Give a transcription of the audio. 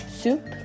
soup